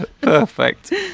Perfect